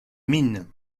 mines